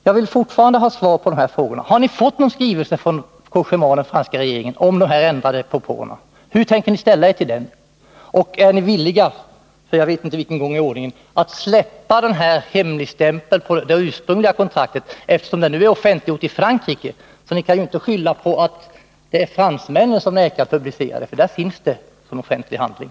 Jag vill fortfarande ha svar på de här frågorna: Har ni fått någon skrivelse från Cogéma eller den franska regeringen om de ändrade propåerna? Hur tänker ni i så fall ställa er till dem? Är ni villiga — jag vet inte för vilken gång i ordningen den frågan ställs — att släppa hemligstämpeln när det gäller det ursprungliga kontraktet, eftersom det nu är offentliggjort i Frankrike? Ni kan ju inte skylla på att det är fransmännen som vägrar att publicera avtalet, för i Frankrike finns det som offentlig handling.